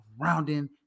rounding